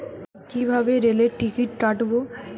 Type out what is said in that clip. কিভাবে রেলের টিকিট কাটব?